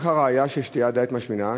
מה הראיה לכך ששתיית דיאט משמינה?